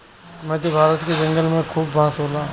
मध्य भारत के जंगल में खूबे बांस होला